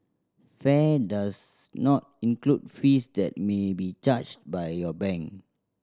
fare does not include fees that may be charged by your bank